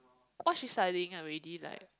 what is she studying already like